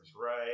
right